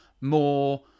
more